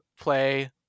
play